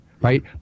right